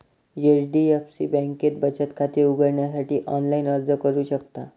HDFC बँकेत बचत खाते उघडण्यासाठी ऑनलाइन अर्ज करू शकता